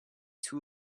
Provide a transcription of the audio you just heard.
two